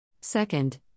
Second